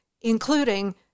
including